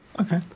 Okay